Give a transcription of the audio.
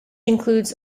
includes